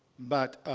but